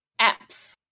apps